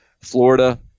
Florida